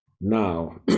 Now